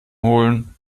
holen